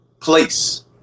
place